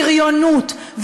בריונות,